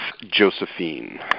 Josephine